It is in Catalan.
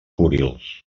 kurils